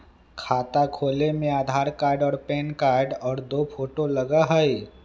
खाता खोले में आधार कार्ड और पेन कार्ड और दो फोटो लगहई?